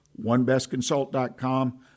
OneBestConsult.com